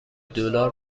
دلار